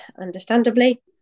understandably